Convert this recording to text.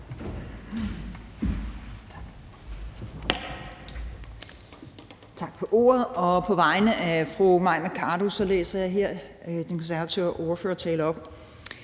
Tak for ordet. På vegne af fru Mai Mercado læser jeg her Konservatives ordførertale op.